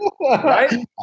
Right